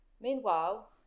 Meanwhile